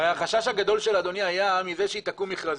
הרי החשש הגדול של אדוני היה מזה שייתקעו מכרזים,